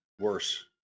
worse